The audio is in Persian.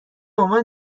عنوان